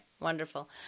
Wonderful